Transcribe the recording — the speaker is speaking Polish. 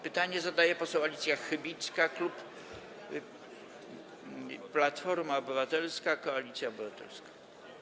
Pytanie zadaje poseł Alicja Chybicka, klub Platforma Obywatelska - Koalicja Obywatelska.